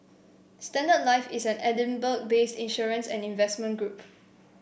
Standard Life is an Edinburgh based insurance and investment group